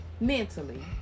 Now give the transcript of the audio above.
Mentally